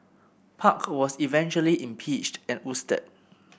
park was eventually impeached and ousted